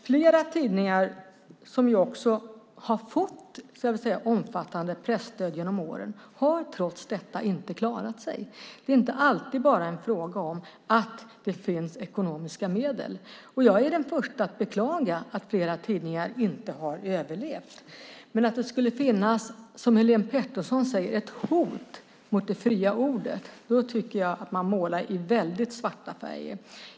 Flera tidningar som har fått omfattande presstöd genom åren har trots detta inte klarat sig. Det är inte alltid bara en fråga om att det finns ekonomiska medel. Jag är den första att beklaga att flera tidningar inte har överlevt. Om man säger, som Helene Petersson, att det finns ett hot mot det fria ordet tycker jag att man målar i väldigt svarta färger.